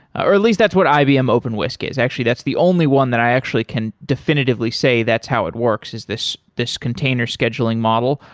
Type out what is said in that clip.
or at least that's what ibm openwhisk is. actually, that's the only one that i actually can definitively say that's how it works, is this this container scheduling model,